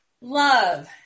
love